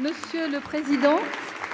Monsieur le président,